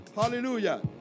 hallelujah